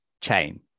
chain